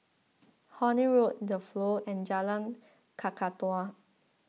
Horne Road the Flow and Jalan Kakatua